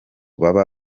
baba